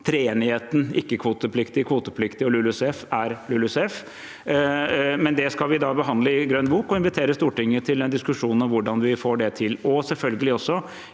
treenigheten ikke-kvotepliktig, kvotepliktig og LULUCF er LULUCF. Det skal vi behandle i Grønn bok og invitere Stortinget til en diskusjon om hvordan vi får til – og selvfølgelig også